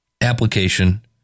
application